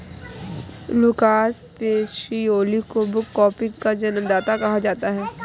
Lucas Pacioli को book keeping का जन्मदाता कहा जाता है